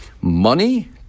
money